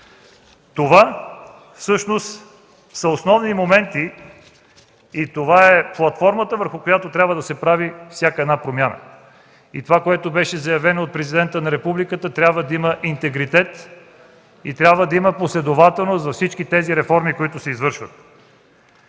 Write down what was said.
Това всъщност са основни моменти и това е платформата, върху която трябва да се прави всяка една промяна. Както беше заявено от Президента на републиката, трябва да има интегритет и трябва да има последователност във всички реформи, които се извършват.